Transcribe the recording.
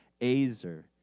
azer